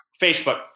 Facebook